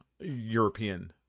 European